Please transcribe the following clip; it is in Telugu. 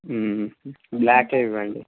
బ్లాకే ఇవ్వండి